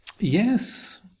Yes